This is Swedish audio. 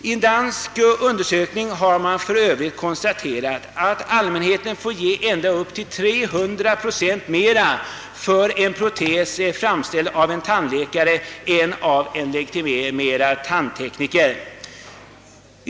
I en dansk undersökning har man för övrigt konstaterat att allmänheten får ge ända upp till 300 procent mera för en protes framställd av tandläkare än av legitimerad tandtekniker.